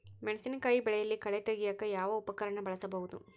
ಮೆಣಸಿನಕಾಯಿ ಬೆಳೆಯಲ್ಲಿ ಕಳೆ ತೆಗಿಯಾಕ ಯಾವ ಉಪಕರಣ ಬಳಸಬಹುದು?